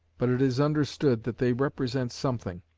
but it is understood that they represent something.